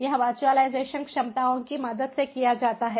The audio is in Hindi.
यह वर्चुअलाइजेशन क्षमताओं की मदद से किया जाता है